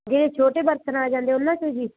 ਜਿਹੜੇ ਛੋਟੇ ਬਰਤਨ ਆ ਜਾਂਦੇ ਉਹਨਾਂ 'ਚੋਂ ਜੀ